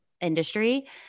industry